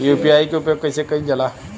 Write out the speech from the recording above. UPI के उपयोग कइसे कइल जाला?